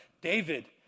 David